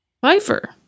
Pfeiffer